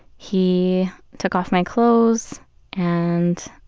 he took off my clothes and